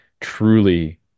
truly